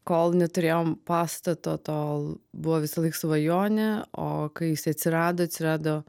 kol neturėjom pastato tol buvo visąlaik svajonė o kai jisai atsirado atsirado